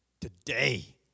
today